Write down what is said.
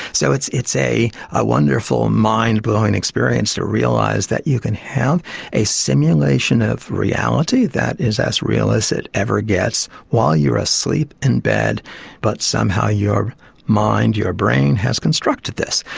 so it's it's a a wonderful mind-blowing experience to realise that you can have a simulation of reality that is as real as it ever gets while you are asleep in bed but somehow your mind, your brain has constructed this.